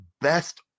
best